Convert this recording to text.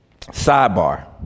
Sidebar